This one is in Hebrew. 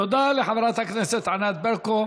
תודה לחברת הכנסת ענת ברקו.